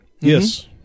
Yes